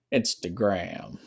Instagram